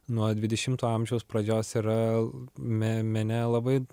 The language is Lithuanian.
nuo dvidešimto amžiaus pradžios yra me mene labai